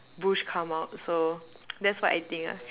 bush come out so that's what I think lah